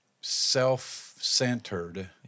self-centered